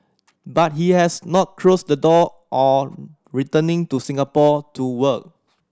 but he has not closed the door on returning to Singapore to work